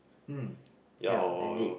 hmm ya indeed